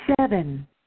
seven